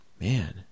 Man